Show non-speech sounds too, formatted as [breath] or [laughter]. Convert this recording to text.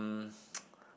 [breath] [noise]